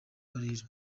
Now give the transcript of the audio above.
karere